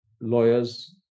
lawyers